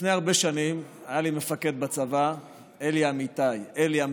לפני הרבה שנים היה לי מפקד בצבא אלי אמסלם,